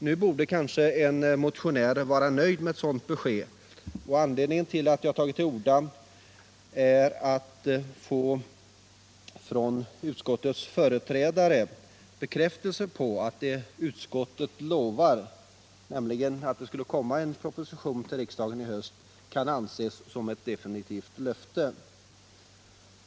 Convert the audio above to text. Nu borde kanske en motionär vara nöjd med ett sådant besked, och anledningen till att jag tagit till orda är att jag från utskottets företrädare vill få bekräftelse på att det utskottet lovar, nämligen att det skall komma en proposition till riksdagen i höst, kan anses som ett definitivt löfte.